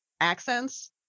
accents